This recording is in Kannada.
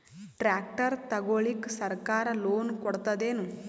ಟ್ರ್ಯಾಕ್ಟರ್ ತಗೊಳಿಕ ಸರ್ಕಾರ ಲೋನ್ ಕೊಡತದೇನು?